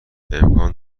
امکان